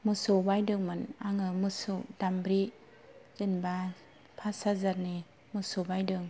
मोसौ बायदोंमोन आङो मोसौ दामब्रि जेनेबा पास हाजारनि मोसौ बायदों